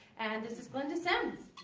and this is glenda simms!